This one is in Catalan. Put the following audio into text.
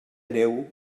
neu